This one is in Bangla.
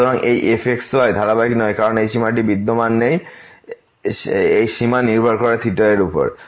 সুতরাং এই f x y ধারাবাহিক নয় কারণ এই সীমাটি বিদ্যমান নেই সীমা নির্ভর করে এর উপর